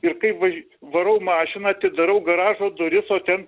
ir kaip važ varau mašiną atidarau garažo duris o ten